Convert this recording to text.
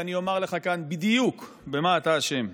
ואני אומר לך כאן בדיוק במה אתה אשם.